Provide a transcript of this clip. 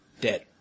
dead